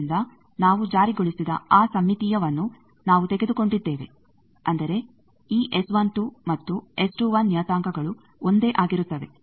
ಆದ್ದರಿಂದ ನಾವು ಜಾರಿಗೊಳಿಸಿದ ಆ ಸಮ್ಮಿತೀಯವನ್ನು ನಾವು ತೆಗೆದುಕೊಂಡಿದ್ದೇವೆ ಅಂದರೆ ಈ ಮತ್ತು ನಿಯತಾಂಕಗಳು ಒಂದೇ ಆಗಿರುತ್ತವೆ